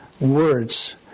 words